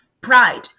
pride